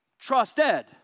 trusted